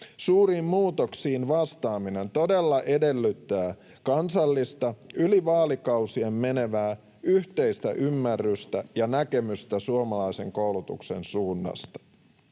Suuriin muutoksiin vastaaminen todella edellyttää kansallista, yli vaalikausien menevää, yhteistä ymmärrystä ja näkemystä suomalaisen koulutuksen suunnasta.